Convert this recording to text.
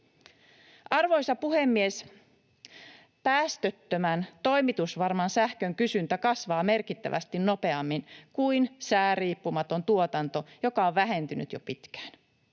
Arvoisa puhemies! Päästöttömän toimitusvarman sähkön kysyntä kasvaa merkittävästi nopeammin kuin sääriippumaton tuotanto, joka on vähentynyt jo pitkään.